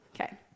okay